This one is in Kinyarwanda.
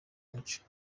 mico